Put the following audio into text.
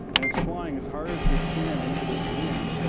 and it's flying as hard as it can into this wind. but